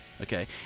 Okay